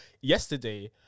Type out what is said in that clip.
yesterday